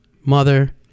mother